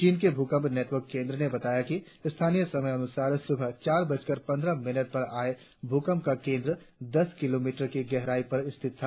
चीन के भूकंप नेटवर्क केंद्र ने बताया कि स्थानीय समयानुसार सुबह चार बजकर पंद्रह मिनट पर आये भूकंप का केंद्र दस किलोमीटर की गहराई पर स्थित था